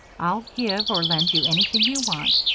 i'll give or lend you anything you want,